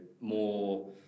more